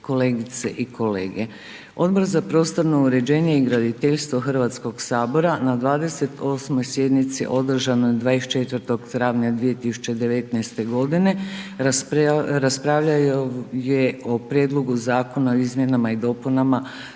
kolegice i kolege, Odbor za prostorno uređenje i graditeljstvo Hrvatskog sabora na 28. sjednici održanoj 24. travnja 2019. godine raspravljao je o Prijedlogu Zakona o izmjenama i dopunama